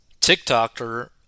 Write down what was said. TikToker